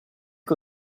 che